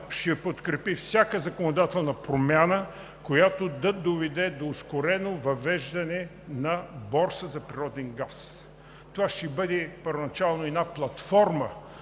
ще подкрепи всяка законодателна промяна, която да доведе до ускорено въвеждане на борса за природен газ. Това ще бъде първоначално една платформа